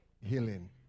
Healing